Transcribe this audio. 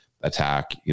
attack